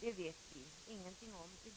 Det vet vi ingenting om i